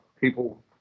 people